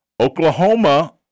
Oklahoma